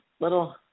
little